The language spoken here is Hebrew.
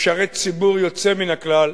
משרת ציבור יוצא מן הכלל,